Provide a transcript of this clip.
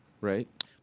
Right